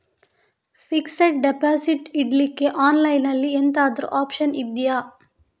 Fixed deposit ಇಡ್ಲಿಕ್ಕೆ online ಅಲ್ಲಿ ಎಂತಾದ್ರೂ ಒಪ್ಶನ್ ಇದ್ಯಾ?